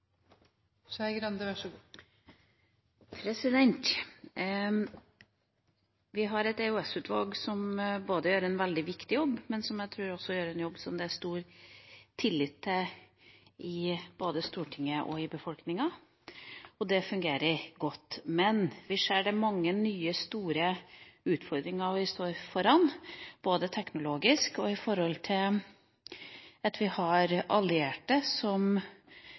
Vi har et EOS-utvalg som gjør en veldig viktig jobb, og som gjør en jobb jeg tror det er stor tillit til i både Stortinget og befolkninga. Det fungerer godt. Men vi står foran mange nye og store utfordringer, både teknologisk og ved at vi har allierte som ikke har de samme idealene som vi har